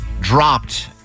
dropped